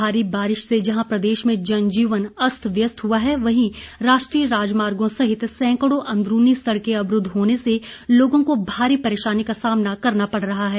भारी बारिश से जहां प्रदेश में जनजीवन अस्त व्यस्त हुआ है वहीं राष्ट्रीय राजमार्गो सहित सँकड़ों अंदरूनी सड़कें अवरूद्व होने से लोगों को भारी परेशानी का सामना करना पड़ रहा है